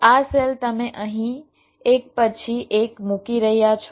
તો આ સેલ તમે અહીં એક પછી એક મૂકી રહ્યા છો